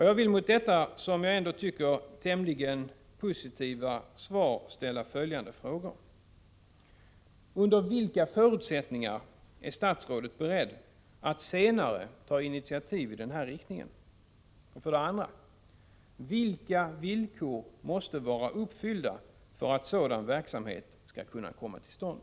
Jag vill mot bakgrund av detta som jag tycker ändå tämligen positiva svar ställa följande frågor: —- Under vilka förutsättningar är statsrådet beredd att senare ta initiativ i den här riktningen? — Vilka villkor måste vara uppfyllda för att sådan verksamhet skall kunna komma till stånd?